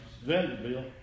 Vanderbilt